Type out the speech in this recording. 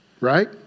Right